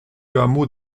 hameau